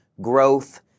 Growth